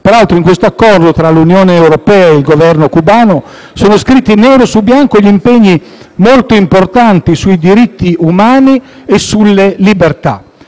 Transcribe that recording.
Peraltro, nell'Accordo tra l'Unione europea e il Governo cubano sono scritti nero su bianco impegni molto importanti sui diritti umani e sulle libertà.